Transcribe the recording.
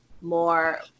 more